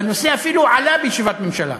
והנושא אפילו עלה בישיבת ממשלה,